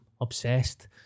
obsessed